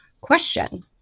question